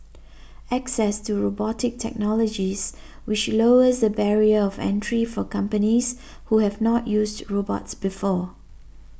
access to robotics technologies which lowers the barrier of entry for companies who have not used robots before